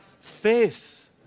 faith